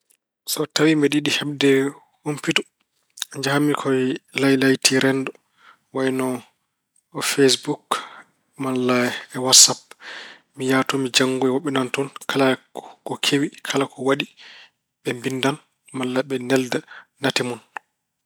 So tawi mbeɗa yiɗi heɓde humpito, njahanmi ko e laylayti renndo ko wayno Feesbuk malla Wassap. Mi yaha toon mi janngoya. Woɓɓe nana toon kala ko kewi, kala ko waɗi ɓe mbinndan malla ɓe nelda nate mun.